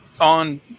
on